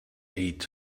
eight